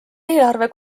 eelarve